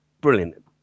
brilliant